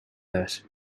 nurse